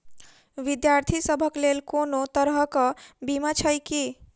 विद्यार्थी सभक लेल कोनो तरह कऽ बीमा छई की?